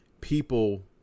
people